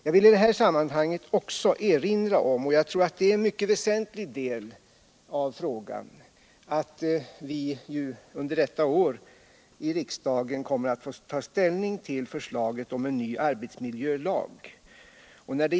Jag vill i detta sammanhang också erinra om — och jag tror att det är en mycket väsentlig del av frågan — att vi under detta år i riksdagen kommer att få ta ställning till förslaget om en ny arbetsmiljölag.